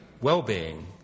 Well-being